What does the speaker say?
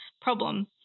problem